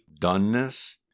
doneness